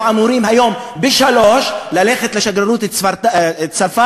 אמורים היום ב-15:00 ללכת לשגרירות צרפת,